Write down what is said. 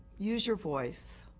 use your voice.